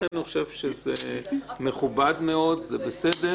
לכן זה מכובד מאוד, זה בסדר